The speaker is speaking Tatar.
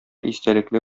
истәлекле